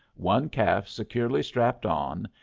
one calf securely strapped on,